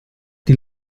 die